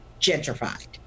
gentrified